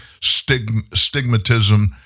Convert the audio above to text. stigmatism